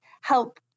help